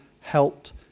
helped